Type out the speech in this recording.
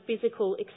physical